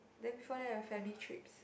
then before that your family trips